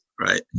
right